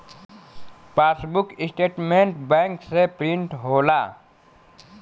passbook statement bank से print होला